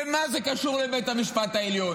ומה זה קשור לבית המשפט העליון?